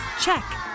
Check